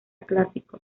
clásico